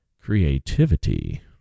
creativity